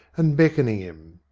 and beckoning him.